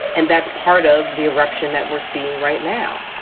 and that's part of the eruption that we're seeing right now.